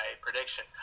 prediction